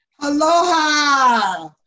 Aloha